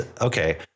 okay